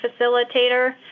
Facilitator